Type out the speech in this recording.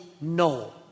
no